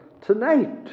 Tonight